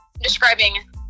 describing